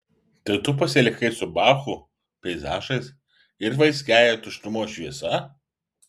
tai tu pasilikai su bachu peizažais ir vaiskiąja tuštumos šviesa